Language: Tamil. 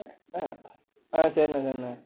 ஆ ஆ சரிண்ணே சரிண்ணே